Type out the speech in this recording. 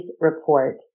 report